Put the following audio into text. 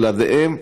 שבלעדיהם,